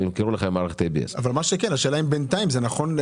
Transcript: לכם עם מערכת ABS. השאלה אם בינתיים זה נכון?